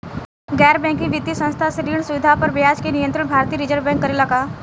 गैर बैंकिंग वित्तीय संस्था से ऋण सुविधा पर ब्याज के नियंत्रण भारती य रिजर्व बैंक करे ला का?